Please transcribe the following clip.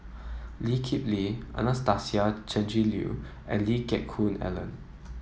Lee Kip Lee Anastasia Tjendri Liew and Lee Geck Hoon Ellen